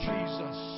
Jesus